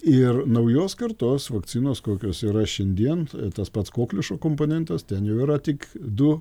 ir naujos kartos vakcinos kokios yra šiandien tas pats kokliušo komponentas ten jau yra tik du